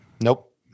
Nope